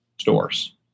stores